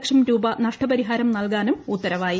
ലക്ഷം രൂപ നഷ്ടപരിഹാരം നൽകാനും ഉത്തരവായി